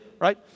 right